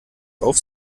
auf